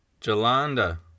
Jolanda